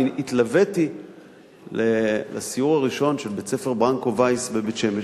אני התלוויתי לסיור הראשון של בית-ספר "ברנקו וייס" מבית-שמש,